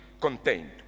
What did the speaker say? contained